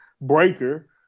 Breaker